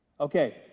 Okay